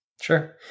sure